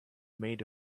made